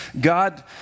God